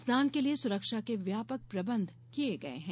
स्नान के लिए सुरक्षा के व्यापक प्रबंध किए गए हैं